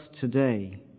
today